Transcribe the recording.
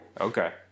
Okay